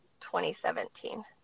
2017